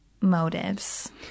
motives